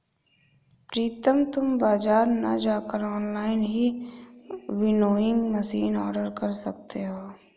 प्रितम तुम बाजार ना जाकर ऑनलाइन ही विनोइंग मशीन ऑर्डर कर सकते हो